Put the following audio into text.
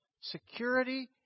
security